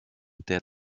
der